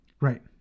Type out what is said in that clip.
right